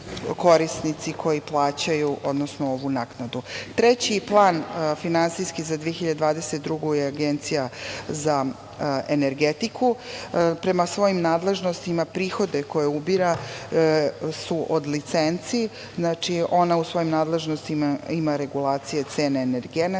korisnici koji plaćaju ovu naknadu. Treći plan finansijski za 2022. godinu je Agencija za energetiku. Prema svojim nadležnostima prihode koje ubira su od licenci. Znači, ona u svojoj nadležnostima ima regulacije cene energenata,